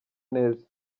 neza